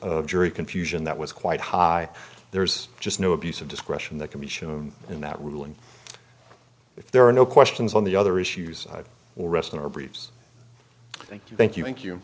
of jury confusion that was quite high there's just no abuse of discretion that can be shown in that ruling if there are no questions on the other issues will rest in our briefs thank you thank you thank